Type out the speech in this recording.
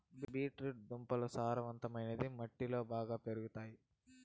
beet root దుంపలు సారవంతమైన మట్టిలో బాగా పెరుగుతాయి